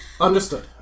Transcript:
Understood